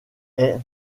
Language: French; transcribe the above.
est